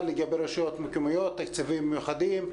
לגבי רשויות מקומיות תקציבים מיוחדים,